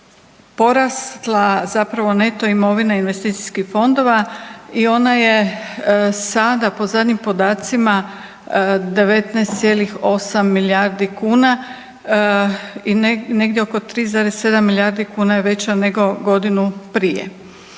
porasla neto imovina investicijskih fondova i ona je sada po zadnjim podacima 19,8 milijardi kuna i negdje oko 3,7 milijardi kuna je veća nego godinu prije.